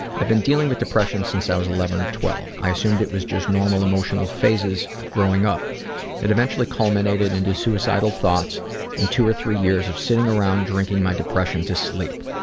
i've been dealing with depression since i was eleven or twelve. i assumed it was just normal emotional phases of growing up eventually culminated into suicidal thoughts in two or three years of sitting around drinking my depression to sleep.